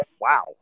Wow